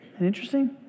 Interesting